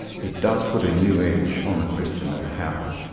it does put a new edge on the question of how.